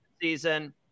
season